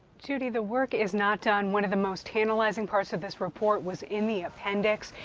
judy, the work is not done. one of the most tantalizing parts of this report was in the appendix.